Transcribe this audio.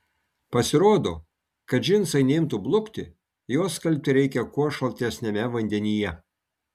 pasirodo kad džinsai neimtų blukti juos skalbti reikia kuo šaltesniame vandenyje